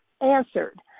answered